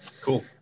Cool